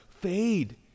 fade